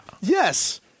Yes